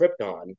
Krypton